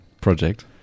project